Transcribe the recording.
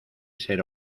ser